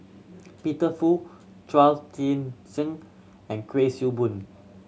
Peter Fu Chao Tzee Cheng and Kuik Swee Boon